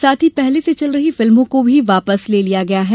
साथ ही पहले से चल रही फिल्मों को भी वापस ले लिया गया है